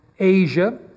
Asia